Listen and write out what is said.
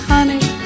Honey